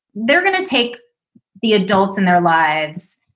they're going to take the adults in their lives.